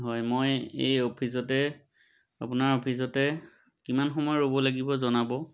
হয় মই এই অফিচতে আপোনাৰ অফিচতে কিমান সময় ৰব লাগিব জনাব